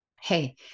Hey